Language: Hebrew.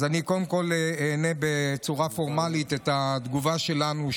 אז אני קודם כול אענה בצורה פורמלית את התגובה שלנו,